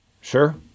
Sure